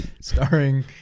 Starring